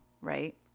right